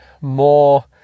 more